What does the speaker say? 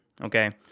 Okay